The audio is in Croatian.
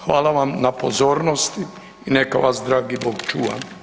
Hvala vam na pozornosti i neka vas dragi Bog čuva.